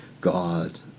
God